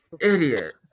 Idiot